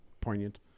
poignant